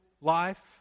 life